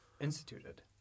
instituted